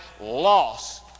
loss